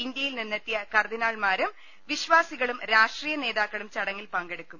ഇന്ത്യയിൽ നിന്നെത്തിയ കർദ്ദിനാൾമാരും വിശ്വാസികളും രാഷ്ട്രീയ നേതാക്കളും പ്രചടങ്ങിൽ പങ്കെടുക്കും